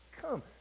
come